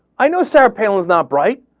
i know sarah palin's not bright.